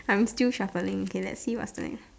I am still shuffling okay lets see what the next